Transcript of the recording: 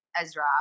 Ezra